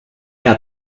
had